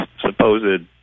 supposed